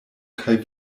kaj